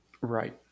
Right